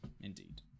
Indeed